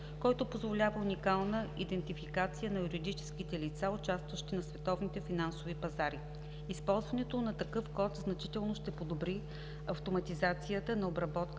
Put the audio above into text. който позволява уникална идентификация на юридическите лица, участващи на световните финансови пазари. Използването на такъв код значително ще подобри автоматизацията на обработката